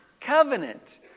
Covenant